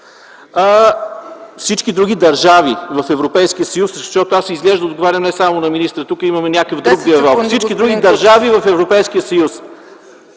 Всички други държави в Европейския съюз, защото аз изглежда отговарям не само на министъра, тук имаме някакъв друг диалог. Всички други държави в Европейския съюз.